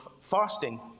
fasting